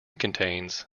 contains